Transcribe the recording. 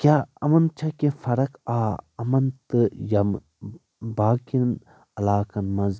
کیاہ یِمن چھےٚ کیٚنہہ فرق آ یِمن تہٕ یِم باقین علاقن منٛز